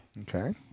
Okay